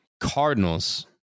cardinals